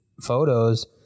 photos